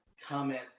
comment